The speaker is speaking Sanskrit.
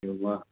एवं वा